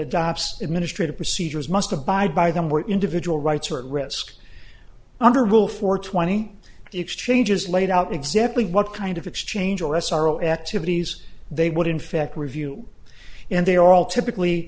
adopts administrative procedures must abide by them where individual rights are at risk under rule for twenty exchanges laid out exactly what kind of exchange or s r o activities they would infect review and they are all typically